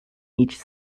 each